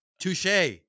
Touche